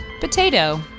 potato